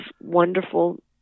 wonderful